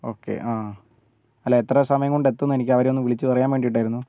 okay ആ അല്ല എത്ര സമയം കൊണ്ട് എത്തുമെന്ന് എനിക്ക് അവരെ ഒന്ന് വിളിച്ച് പറയാൻ വേണ്ടിയിട്ടായിരുന്നു